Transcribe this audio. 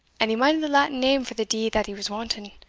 and he minded the latin name for the deed that he was wanting.